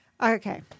Okay